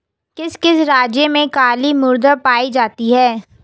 किस किस राज्य में काली मृदा पाई जाती है?